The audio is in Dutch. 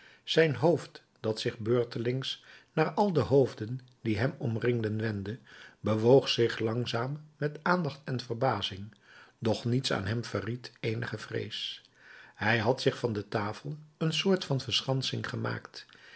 zijn hoofd dat zich beurtelings naar al de hoofden die hem omringden wendde bewoog zich langzaam met aandacht en verbazing doch niets aan hem verried eenige vrees hij had zich van de tafel een soort van verschansing gemaakt